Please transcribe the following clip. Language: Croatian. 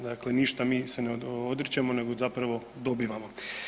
Dakle, ništa mi se ne odričemo nego zapravo dobivamo.